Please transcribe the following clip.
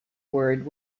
word